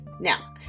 Now